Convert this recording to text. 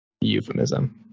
Euphemism